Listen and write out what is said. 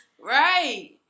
Right